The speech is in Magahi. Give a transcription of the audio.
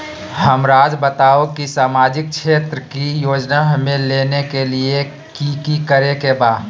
हमराज़ बताओ कि सामाजिक क्षेत्र की योजनाएं हमें लेने के लिए कि कि करे के बा?